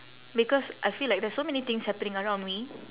because I feel like there's so many things happening around me